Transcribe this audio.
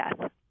death